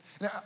Now